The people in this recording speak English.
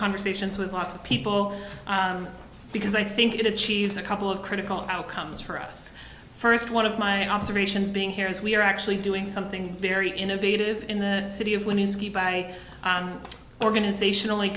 conversations with lots of people because i think it achieves a couple of critical outcomes for us first one of my observations being here is we're actually doing something very innovative in the city of winning by organization